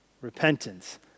repentance